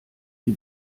die